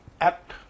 Act